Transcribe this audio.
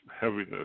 heaviness